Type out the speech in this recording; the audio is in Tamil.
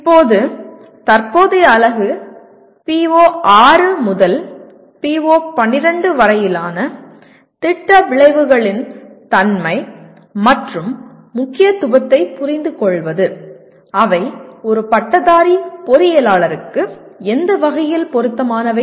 இப்போது தற்போதைய அலகு PO6 முதல் PO12 வரையிலான திட்ட விளைவுகளின் தன்மை மற்றும் முக்கியத்துவத்தைப் புரிந்துகொள்வது அவை ஒரு பட்டதாரி பொறியியலாளருக்கு எந்த வகையில் பொருத்தமானவை